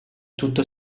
tutto